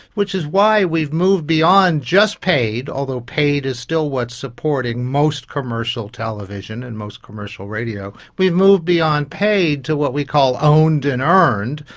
which is why we've moved beyond just paid, although paid is still what's supporting most commercial television and most commercial radio, we've moved beyond paid to what we call owned and earned.